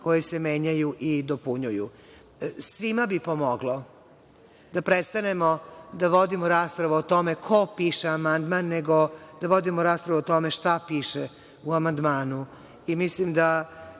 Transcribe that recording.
koji se menjaju i dopunjuju. Svima bi pomoglo da prestanemo da vodimo raspravu o tome ko piše amandman, nego da vodimo raspravu o tome šta piše u amandmanu.